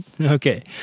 Okay